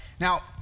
Now